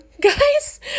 guys